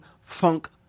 funk